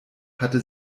hatte